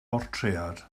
bortread